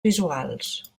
visuals